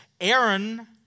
Aaron